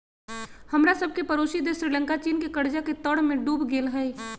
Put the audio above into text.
हमरा सभके पड़ोसी देश श्रीलंका चीन के कर्जा के तरमें डूब गेल हइ